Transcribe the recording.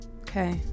Okay